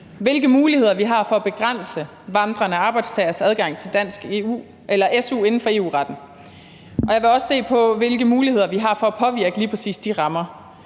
hvilke muligheder vi har for at begrænse vandrende arbejdstageres adgang til dansk su inden for EU-retten. Jeg vil også se på, hvilke muligheder vi har for at påvirke lige præcis de rammer.